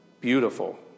beautiful